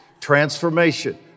Transformation